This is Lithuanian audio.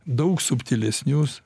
daug subtilesnius